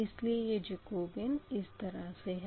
इसलिए यह जकोबीयन इस तरह से है